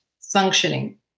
functioning